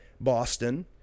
Boston